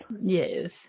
Yes